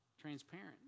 transparent